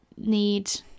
need